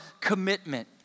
commitment